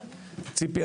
ציפי,